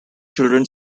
children